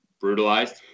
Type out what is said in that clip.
brutalized